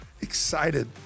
excited